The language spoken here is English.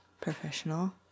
professional